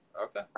Okay